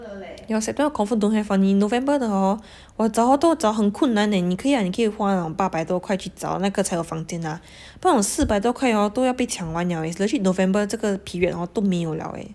yeah september confirm [one] november 的 hor 我找 hor 都找到很困难 eh 你可以 ah 你可以花那种八百多块去找那个才有房间 ah 不然我四百多块 hor 都要被抢完了 eh it's legit november 这个 period hor 都没有了 eh